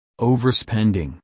Overspending